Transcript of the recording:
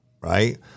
right